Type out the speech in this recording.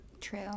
True